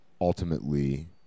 Ultimately